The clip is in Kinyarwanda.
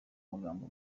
magambo